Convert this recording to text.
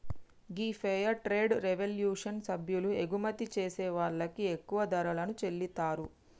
గీ fair trade revolution సభ్యులు ఎగుమతి చేసే వాళ్ళకి ఎక్కువ ధరలను చెల్లితారు